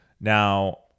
Now